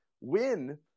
win